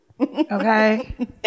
Okay